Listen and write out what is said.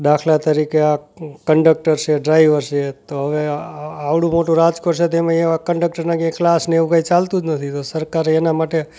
દાખલા તરીકે આ કંડકટર છે ડ્રાઈવર છે તો હવે આવડું મોટું રાજકોટ છે તો એમાં એવા કંડકટરના કે એ ક્લાસને એવું કંઈ ચાલતું જ નથી તો સરકારે એના માટે